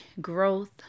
growth